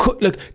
look